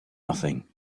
nothing